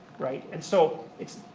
right. and so, it's,